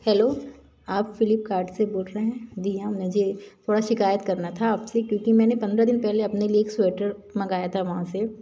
hello आप Flipkart से बोल रहे हैं जी हाँ मुझे थोड़ा शिकायत करनी थी आप से क्योंकि मैंने पंद्रह दिन पहले अपने लिए एक स्वेटर मंगाया था वहाँ से